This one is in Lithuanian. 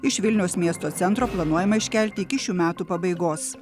iš vilniaus miesto centro planuojama iškelti iki šių metų pabaigos